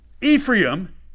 Ephraim